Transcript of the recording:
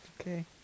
Okay